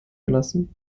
erlassen